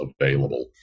available